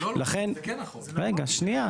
רגע, שנייה.